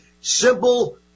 simple